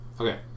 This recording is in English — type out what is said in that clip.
Okay